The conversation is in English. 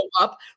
up